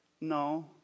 No